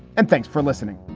and thanks for listening